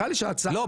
לא,